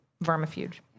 Vermifuge